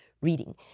reading